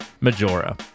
Majora